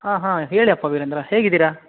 ಹಾಂ ಹಾಂ ಹೇಳಿಯಪ್ಪ ವೀರೇಂದ್ರ ಹೇಗಿದೀರಾ